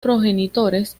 progenitores